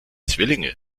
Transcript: zwillinge